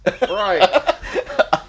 Right